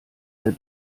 der